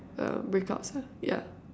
um breakouts lah yeah